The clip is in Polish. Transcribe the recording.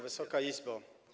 Wysoka Izbo!